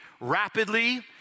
rapidly